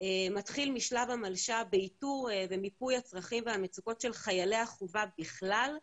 מתחיל משלב המלש"ב באיתור ומיפוי הצרכים והמצוקות של חיילי החובה בכלל,